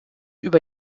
über